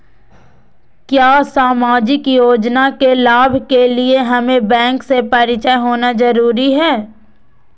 क्या सामाजिक योजना के लाभ के लिए हमें बैंक से परिचय होना जरूरी है?